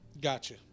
Gotcha